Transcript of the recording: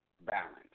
balance